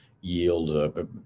yield